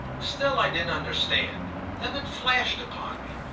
still i didn't understand then it flashed upon me.